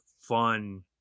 fun